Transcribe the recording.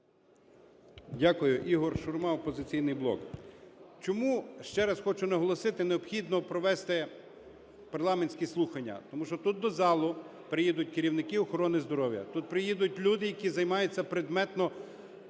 Дякую. Ігор Шурма, "Опозиційний блок". Чому, ще раз хочу наголосити, необхідно провести парламентські слухання. Тому що тут до залу приїдуть керівники охорони здоров'я, тут приїдуть люди, які займаються предметно